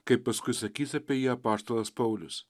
kaip paskui sakys apie jį apaštalas paulius